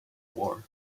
war